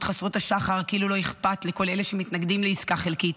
חסרות השחר כאילו לא אכפת לכל אלה שמתנגדים לעסקה חלקית,